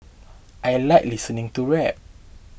I like listening to rap